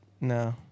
No